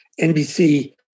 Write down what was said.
NBC